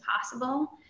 possible